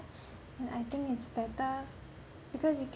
and I think it's better because you can